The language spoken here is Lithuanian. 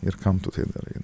ir kam tu tai darai